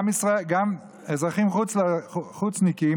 גם אזרחים חוצניקים,